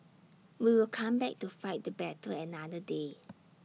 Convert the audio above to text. we will come back to fight the battle another day